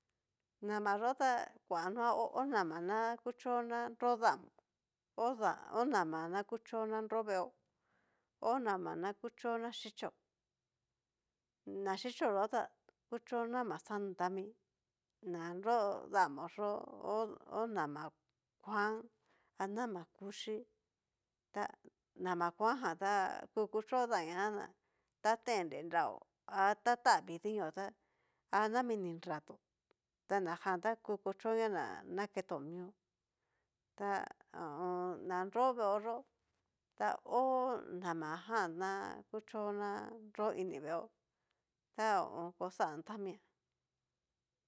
Nama yó ta kua hó ho nama na kuchó na nró namo, hó da honama na kucho na nró veeó, ho nama na kuchó na xhichío, naxhicho yó ta kucho nama xantami, na nro damo yó ho nama kuan a nama kuxhí, ta mana kuan jan ta ku kuchotaoña na ta tendre nráo, ha tataví dinio tá a nrami ni nrató, ta najan ta ku kuchoña na naketo mió, ta ho o on. na nro veeó yó, ta ho najan ná kucho na nro ini veeó ta ho o on. ko xan tamia.